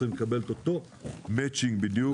צריכים לקבל את אותו מצ'ינג בדיוק.